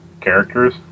characters